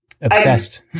obsessed